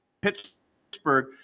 Pittsburgh